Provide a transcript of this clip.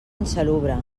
insalubre